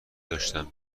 داشتن